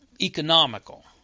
economical